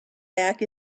back